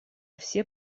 все